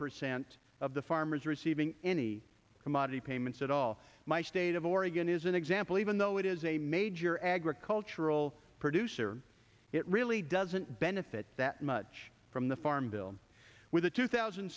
percent of the farmers receiving any commodity payments at all my state of oregon is an example even though it is a major agricultural producer it really doesn't benefit that much from the farm bill with the two thousand